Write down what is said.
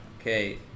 Okay